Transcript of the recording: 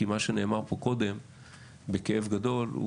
כי מה שנאמר פה קודם בכאב גדול,